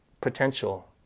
potential